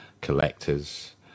collectors